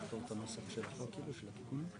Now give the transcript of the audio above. הצבעה ההסתייגות לא נתקבלה ההסתייגות לא התקבלה.